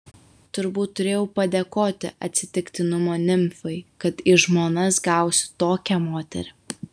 turbūt turėjau padėkoti atsitiktinumo nimfai kad į žmonas gausiu tokią moterį